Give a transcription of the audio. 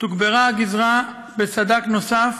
תוגברה הגזרה בסד"כ נוסף,